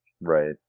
Right